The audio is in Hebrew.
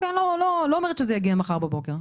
אני לא אומרת שזה יגיע מחר בבוקר,